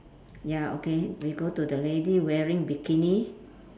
ya okay we go to the lady wearing bikini